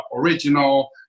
original